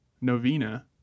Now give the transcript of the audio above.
novena